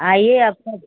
आइए आपका